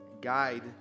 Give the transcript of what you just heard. Guide